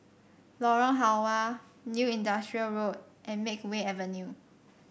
Lorong Halwa New Industrial Road and Makeway Avenue